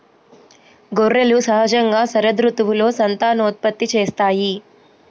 గొర్రెలు సహజంగా శరదృతువులో సంతానోత్పత్తి చేస్తాయి